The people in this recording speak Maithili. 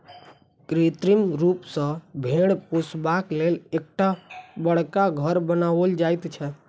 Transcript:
कृत्रिम रूप सॅ भेंड़ पोसबाक लेल एकटा बड़का घर बनाओल जाइत छै